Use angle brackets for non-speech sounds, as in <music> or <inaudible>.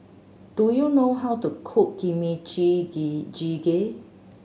do you know how to cook Kimchi <unintelligible> Jjigae